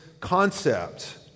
concept